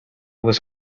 was